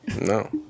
No